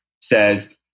says